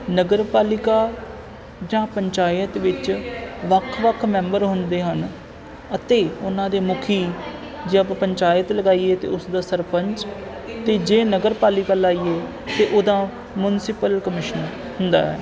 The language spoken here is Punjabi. ਨਗਰ ਪਾਲਿਕਾ ਜਾਂ ਪੰਚਾਇਤ ਵਿੱਚ ਵੱਖ ਵੱਖ ਮੈਂਬਰ ਹੁੰਦੇ ਹਨ ਅਤੇ ਉਹਨਾਂ ਦੇ ਮੁਖੀ ਜੇ ਆਪਾਂ ਪੰਚਾਇਤ ਲਗਾਈਏ ਅਤੇ ਉਸ ਦਾ ਸਰਪੰਚ ਅਤੇ ਜੇ ਨਗਰਪਾਲਿਕਾ ਲਾਈਏ ਅਤੇ ਉਹਦਾ ਮੁਨਸਿਪਲ ਕਮਿਸ਼ਨ ਹੁੰਦਾ ਹੈ